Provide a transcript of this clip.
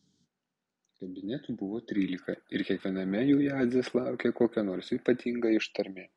kabinetų buvo trylika ir kiekviename jų jadzės laukė kokia nors ypatinga ištarmė